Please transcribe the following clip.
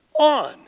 on